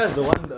at McDonald's